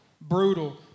brutal